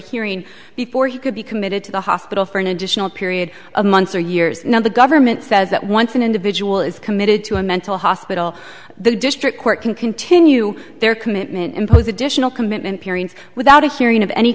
hearing before he could be committed to the hospital for an additional period of months or years now the government says that once an individual is committed to a mental hospital the district court can continue their commitment impose additional commitment periods without a hearing of any